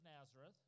Nazareth